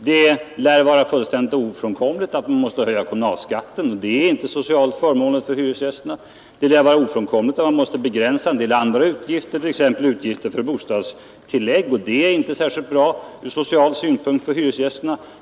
Det lär vara ofrånkomligt att höja kommunalskatten liksom att begränsa en del andra utgifter t.ex. för bostadstillägg, och ingetdera är särskilt förmånligt för hyresgästerna.